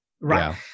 Right